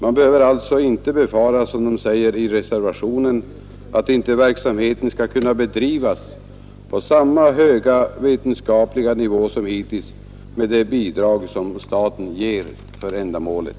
Man behöver alltså inte befara, som det anförs i reservationen, att verksamheten inte skall kunna bedrivas på samma höga vetenskapliga nivå som hittills med de bidrag staten ger för ändamålet.